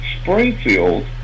Springfield